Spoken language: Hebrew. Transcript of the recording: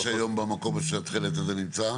מה יש היום במקום שהתכלת נמצא?